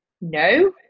no